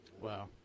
Wow